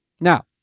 now